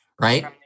right